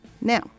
Now